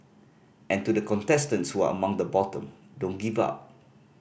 and to the contestants who are among the bottom don't give up